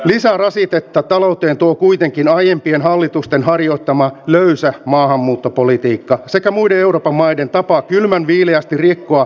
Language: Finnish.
lisärasitetta talouteen tuo kuitenkin aiempien hallitusten harjoittama löysä maahanmuuttopolitiikka sekä muiden euroopan maiden tapa kylmänviileästi rikkoa kansainvälisiä sopimuksia